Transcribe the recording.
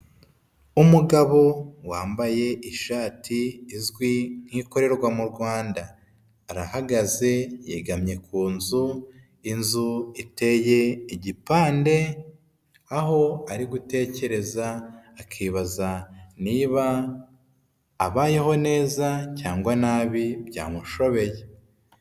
Umugabo wambaye ishati izwi nkikorerwa mu rwanda arahagaze yegamye ku nzu inzu iteye igipande aho ari gutekereza akibaza niba abayeho neza cyangwa nabi byamushobeye.